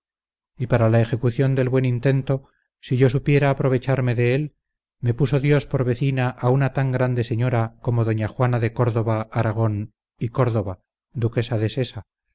y para la ejecución del buen intento si yo supiera aprovecharme de él me puso dios por vecina a una tan grande señora como doña juana de córdoba aragón y córdoba duquesa de sesa